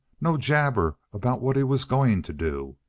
no jabber about what he was going to do.